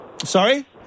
Sorry